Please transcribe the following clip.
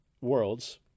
worlds